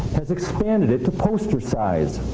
has expanded it to poster size.